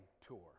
tour